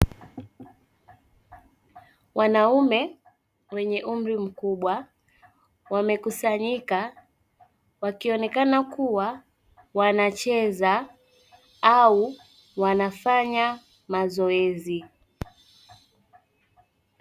Wanaume wenye umri mkubwa wamekusanyika wakionekana kuwa wanacheza au wanafanya mazoezi.